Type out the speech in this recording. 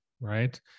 right